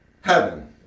heaven